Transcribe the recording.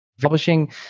publishing